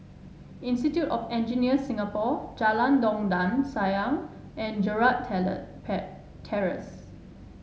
Institute of Engineers Singapore Jalan Dondang Sayang and Gerald Terrace